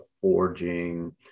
forging